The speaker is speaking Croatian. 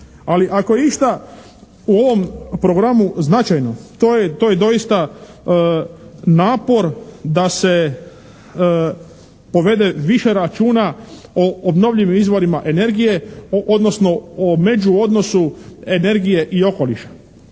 Ali ako je išta u ovom programu značajno to je doista napor da se povede više računa o obnovljivim izvorima energije odnosno o međuodnosu energije i okoliša.